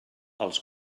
als